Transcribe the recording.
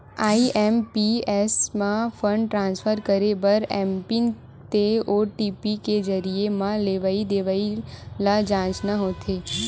IMPS म fund transfer करे बर एमपिन ते ओ.टी.पी के जरिए म लेवइ देवइ ल जांचना होथे